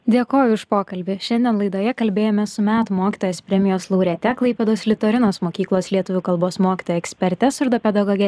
dėkoju už pokalbį šiandien laidoje kalbėjomės su metų mokytojos premijos laureate klaipėdos litorinos mokyklos lietuvių kalbos mokytoja eksperte surdopedagoge